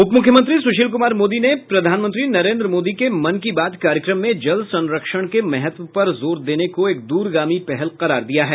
उपमुख्यमंत्री सुशील कुमार मोदी ने प्रधानमंत्री नरेन्द्र मोदी के मन की बात कार्यक्रम में जल संरक्षण के महत्व पर जोर देने को एक दूरगामी पहल करार दिया है